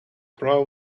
proud